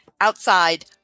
outside